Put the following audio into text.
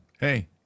hey